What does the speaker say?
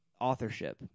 authorship